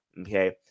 Okay